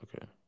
Okay